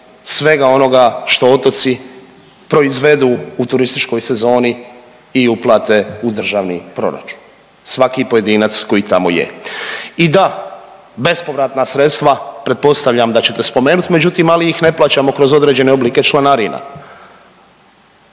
svega onoga što otoci proizvedu u turističkoj sezoni u uplate u Državni proračun, svaki pojedinac koji tamo je. I da, bespovratna sredstva pretpostavljam da ćete spomenut, međutim ali ih ne plaćamo kroz određene oblike članarina